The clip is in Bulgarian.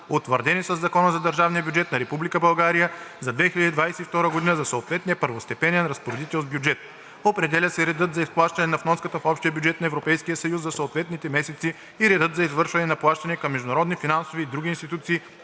утвърдени със Закона за държавния бюджет на Република България за 2022 г. за съответния първостепенен разпоредител с бюджет. Определя се редът за изплащане на вноската в общия бюджет на Европейския съюз за съответните месеци и редът за извършване на плащания към международни финансови и други институции